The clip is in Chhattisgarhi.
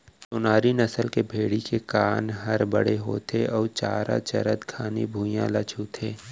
सोनारी नसल के भेड़ी के कान हर बड़े होथे अउ चारा चरत घनी भुइयां ल छूथे